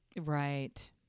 Right